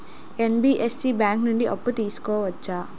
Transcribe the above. NBFC bank నుండి అప్పు తీసుకోవచ్చా?